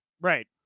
Right